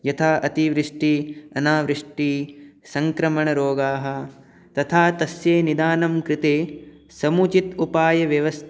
यथा अतिवृष्टिः अनावृष्टिसंक्रमणरोगाः तथा तस्य निधानं कृते समुचित उपायव्यवस्